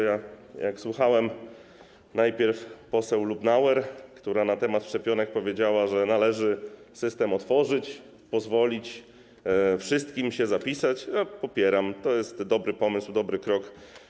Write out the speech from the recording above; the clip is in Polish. Jak słuchałem najpierw poseł Lubnauer, która na temat szczepionek powiedziała, że należy system otworzyć, pozwolić wszystkim się zapisać, popieram to, to jest dobry pomysł, dobry krok.